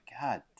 God